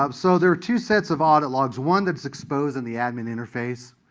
um so there are two sets of audit logs one that's exposed in the admin interface,